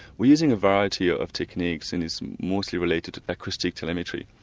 we're using a variety ah of techniques and it's mostly related to acoustic telemetry.